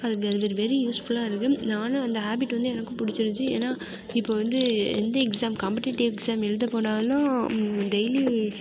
அது very very very யூஸ்ஃபுல்லாக இருக்குது நானும் அந்த ஹேபிட் வந்து எனக்கும் பிடிச்சிருந்திச்சி ஏன்னால் இப்போ வந்து எந்த எக்ஸாம் காம்படேட்டிவ் எக்ஸாம் எழுத போனாலும் டெய்லி